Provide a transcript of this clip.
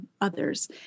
others